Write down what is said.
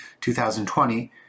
2020